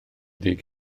ddig